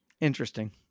Interesting